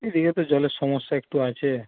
এদিকে তো জলের সমস্যা একটু আছে